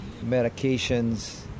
medications